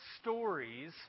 stories